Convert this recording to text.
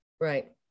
Right